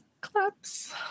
Claps